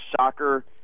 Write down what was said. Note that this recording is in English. soccer